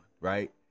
right